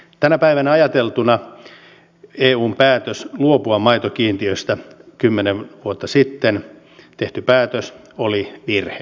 tänä päivänä ajateltuna eun päätös luopua maitokiintiöistä kymmenen vuotta sitten tehty päätös oli virhe